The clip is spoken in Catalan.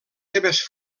seves